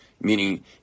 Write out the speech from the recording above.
Meaning